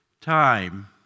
time